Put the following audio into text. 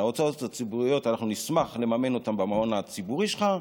את ההוצאות הציבוריות אנחנו נשמח לממן במעון הציבורי שלך.